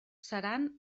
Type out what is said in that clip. seran